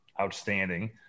outstanding